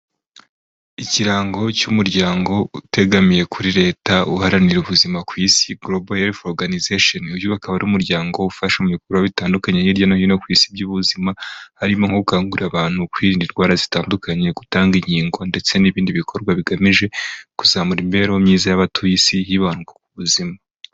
Ikirango cy'umuryango utegamiye kuri leta uharanira ubuzima ku isi Global Health Organization. Uyu ukaba ari umuryango ufasha mu bikorwa bitandukanye hirya no hino ku isi by'ubuzima, harimo nko gukangurira abantu kwirinda indwara zitandukanye, gutanga inkingo ndetse n'ibindi bikorwa bigamije kuzamura imibereho myiza y'abatuye isi, hibandwa ku buzima.